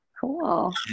Cool